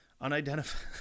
Unidentified